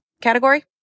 category